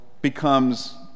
becomes